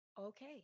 Okay